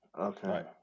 Okay